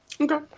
Okay